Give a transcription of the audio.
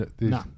No